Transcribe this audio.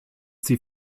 sie